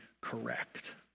correct